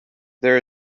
there